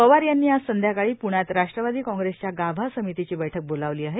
पवार यांनी आज संध्याकाळी पुण्यात राट्रवादी काँप्रेसच्या गाभा समितीची बैठक बोलावली आहे